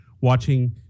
watching